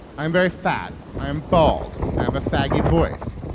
i am very fat. i am bald. i have a faggy voice.